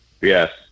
Yes